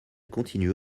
continue